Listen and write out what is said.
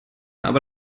aber